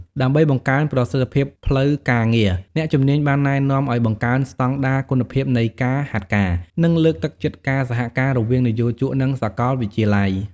ដើម្បីបង្កើនប្រសិទ្ធភាពផ្លូវការងារ អ្នកជំនាញបានណែនាំឲ្យបង្កើនស្តង់ដារគុណភាពនៃការហាត់ការ និងលើកទឹកចិត្តការសហការរវាងនិយោជកនិងសាកលវិទ្យាល័យ។